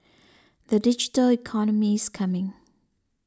the digital economy is coming